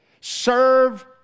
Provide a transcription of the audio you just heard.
Serve